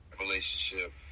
relationship